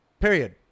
period